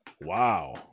Wow